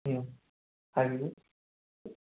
ꯎꯝ ꯍꯥꯏꯕꯤꯌꯨ